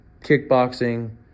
kickboxing